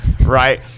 right